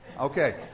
Okay